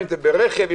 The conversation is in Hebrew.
ברכב,